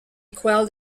quell